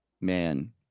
man